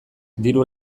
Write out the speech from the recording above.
diru